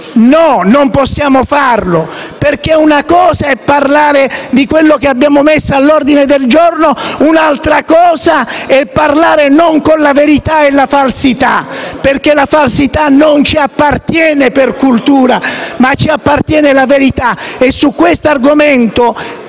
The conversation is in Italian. No, non possiamo farlo, perché una cosa è parlare di quello che abbiamo messo all'ordine del giorno, un'altra cosa è parlare senza distinguere verità e falsità. La falsità non ci appartiene per cultura: a noi appartiene la verità. Su questo argomento